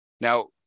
Now